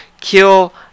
kill